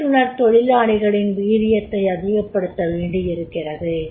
பயிற்றுனர் தொழிலாளிகளின் வீரியத்தை அதிகப்படுத்த வேண்டியிருக்கிறது